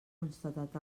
constatat